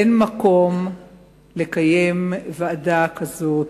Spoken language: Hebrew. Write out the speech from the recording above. אין מקום לקיים ועדה כזאת,